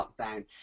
lockdown